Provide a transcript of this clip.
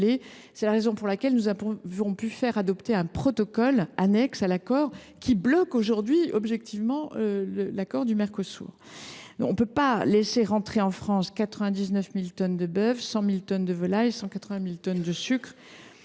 C’est la raison pour laquelle nous avons fait adopter un protocole annexe à l’accord, qui bloque l’accord avec le Mercosur. Nous ne pouvons pas laisser entrer en France 99 000 tonnes de bœuf, 100 000 tonnes de volailles, 180 000 tonnes de sucre